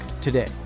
today